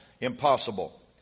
impossible